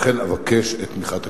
לכן, אבקש את תמיכת הכנסת.